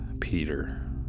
Peter